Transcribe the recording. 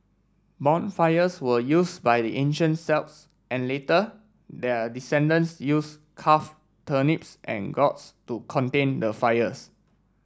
bonfires were used by the ancient Celts and later their descendents use carve turnips and gourds to contain the fires